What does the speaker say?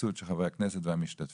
התייחסות של חברי הכנסת והמשתתפים.